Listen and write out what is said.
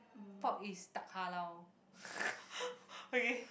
pork is tak halal okay